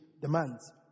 demands